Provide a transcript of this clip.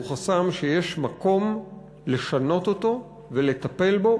הוא חסם שיש מקום לשנות אותו ולטפל בו